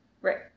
Right